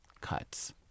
cuts